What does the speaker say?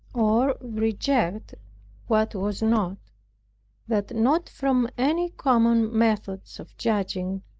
or reject what was not that not from any common methods of judging,